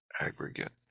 aggregate